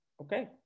Okay